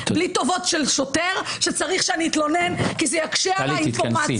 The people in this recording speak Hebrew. בלי טובות של שוטר שצריך שאני אתלונן כי זה יקשה עליי אינפורמציה.